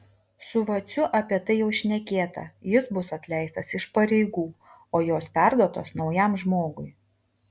su vaciu apie tai jau šnekėta jis bus atleistas iš pareigų o jos perduotos naujam žmogui